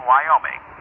Wyoming